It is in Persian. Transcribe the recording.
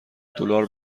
دلار